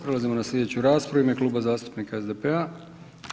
Prelazimo na slijedeću raspravu u ime Kluba zastupnika SDP-a.